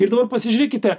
ir dabar pasižiūrėkite